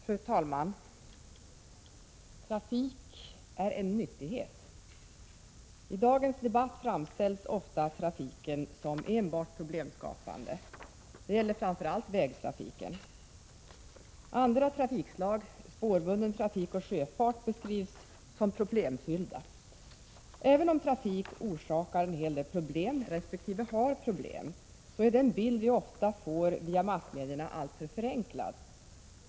Fru talman! Trafik är en nyttighet. I dagens debatt framställs ofta trafiken som enbart problemskapande. Det gäller framför allt vägtrafiken. Andra trafikslag—t.ex. spårbunden trafik och sjöfart — beskrivs som problemfyllda. Även om trafik orsakar en hel del problem resp. har problem, är den bild vi ofta får via massmedierna alltför förenklad.